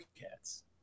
Cats